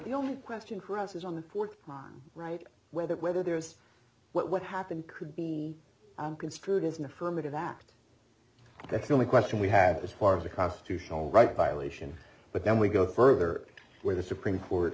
the only question for us is on the fourth right whether whether there is what happened could be construed as an affirmative act that's the only question we have as far as the constitutional rights violation but then we go further where the supreme court